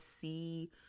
see